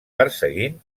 perseguint